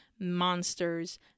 Monsters